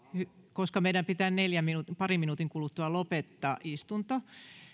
meidän pitää parin minuutin kuluttua lopettaa istunto